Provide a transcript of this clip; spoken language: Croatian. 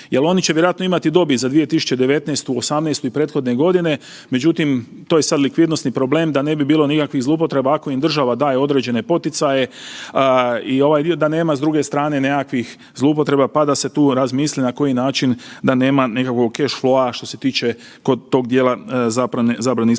Jer oni će vjerojatno imati dobit za 2019., '18. i prethodne godine, međutim to je sad likvidnosni problem da ne bi bilo nikakvih zloupotreba, ako im država daje određene poticaje i ovaj dio, da nema s druge strane nekakvih zloupotreba, pa da se tu razmisli na koji načina da nema nekakvog keš …/nerazumljivo/… što se tiče kod tog dijela zabrane isplate dobiti.